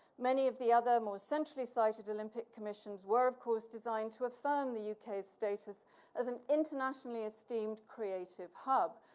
many of the other more centrally cited olympic commissions were of course designed to affirm the uk's status as an internationally esteemed creative hub.